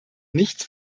nichts